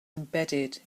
embedded